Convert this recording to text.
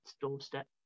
doorstep